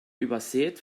übersät